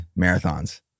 Marathons